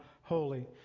holy